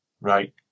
right